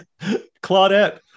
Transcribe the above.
Claudette